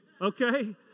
okay